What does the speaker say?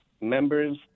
members